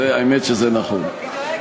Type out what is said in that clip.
האמת שזה נכון.